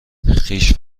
خویش